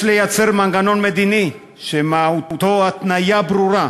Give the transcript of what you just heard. יש לייצר מנגנון מדיני שמהותו התניה ברורה